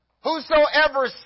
Whosoever